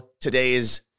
today's